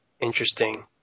interesting